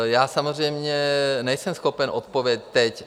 Já samozřejmě nejsem schopen odpovědět teď.